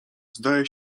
zdaje